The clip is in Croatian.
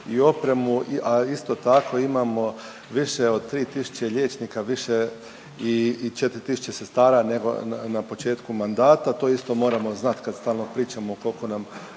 i opremu, a isto tako imamo više od 3 tisuće liječnika više i 4 tisuće sestara nego na početku mandata. To isto moramo znat kad stalno pričamo koliko nam